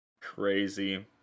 Crazy